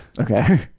Okay